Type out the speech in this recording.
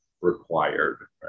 required